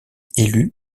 élue